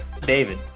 david